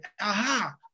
aha